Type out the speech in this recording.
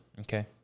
Okay